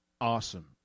awesome